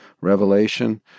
revelation